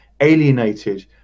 alienated